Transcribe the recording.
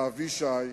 ואבישי,